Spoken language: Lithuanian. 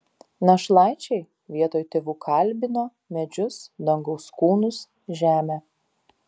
našlaičiai vietoj tėvų kalbino medžius dangaus kūnus žemę